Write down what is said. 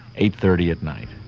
eight thirty at night.